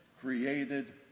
created